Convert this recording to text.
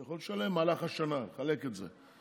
אתה יכול לשלם במהלך השנה ולחלק את זה,